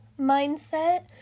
mindset